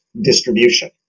distribution